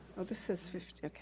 this is fifteen.